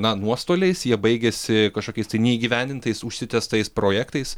na nuostoliais jie baigiasi kažkokiais tai neįgyvendintais užsitęstais projektais